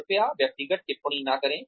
कृपया व्यक्तिगत टिप्पणी न करें